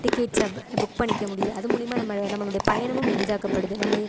டிக்கெட்ஸை book பண்ணிக்க முடியுது அது மூலிமா நம்ம நம்மளுடைய பயணமும் எளிதாக்கப்படுது நம்ம